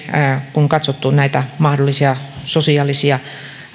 kun on katsottu mahdollisia sosiaalisia